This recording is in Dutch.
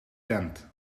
tent